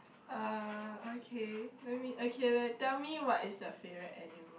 uh okay let me okay tell me what is your favourite animal